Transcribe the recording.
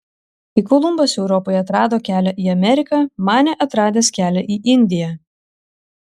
kai kolumbas europai atrado kelią į ameriką manė atradęs kelią į indiją